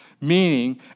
Meaning